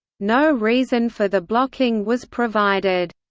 no reason for the blocking was provided.